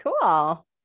cool